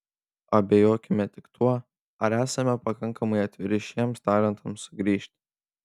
abejokime tik tuo ar esame pakankamai atviri šiems talentams sugrįžti